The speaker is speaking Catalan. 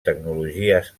tecnologies